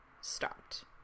stopped